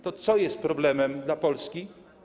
To co jest problemem dla Polski?